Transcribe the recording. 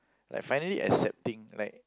like finally accepting like